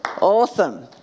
Awesome